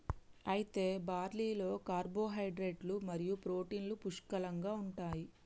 అయితే బార్లీలో కార్పోహైడ్రేట్లు మరియు ప్రోటీన్లు పుష్కలంగా ఉంటాయి